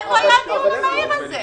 איפה היה הדיון המהיר הזה?